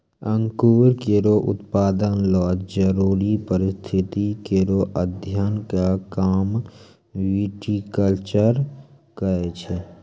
अंगूर केरो उत्पादन ल जरूरी परिस्थिति केरो अध्ययन क काम विटिकलचर करै छै